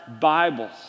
Bibles